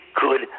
good